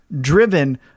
driven